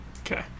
Okay